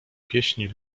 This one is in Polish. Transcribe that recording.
pieśni